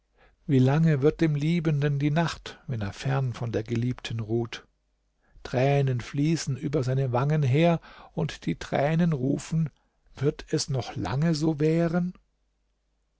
wie lange wird dem liebenden die nacht wenn er fern von der geliebten ruht tränen fließen über seine wangen her und die tränen rufen wird es noch lange so währen